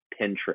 Pinterest